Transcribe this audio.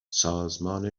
سازمان